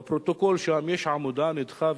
בפרוטוקול שם יש עמודה: נדחה,